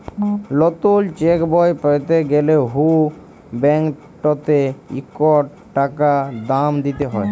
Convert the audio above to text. লতুল চ্যাকবই প্যাতে গ্যালে হুঁ ব্যাংকটতে ইকট টাকা দাম দিতে হ্যয়